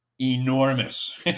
enormous